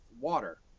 water